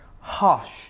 harsh